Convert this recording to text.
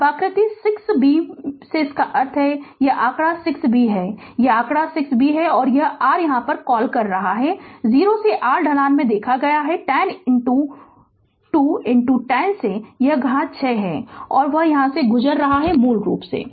अब आकृति 6 b से इसका अर्थ है यह आंकड़ा 6 b है यह आंकड़ा 6 b है अब यह r क्या कॉल है कि 0 से r ढलान ने देखा है कि 102 10 से घात 6 और वह और यह गुजर रहा है मूल से